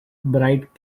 bright